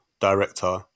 director